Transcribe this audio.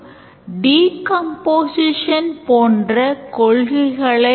ஆனால் நாம் ஒரு calander actor அல்லது timer actor ஐ represent செய்யும் போது design process எளிமையாகிறது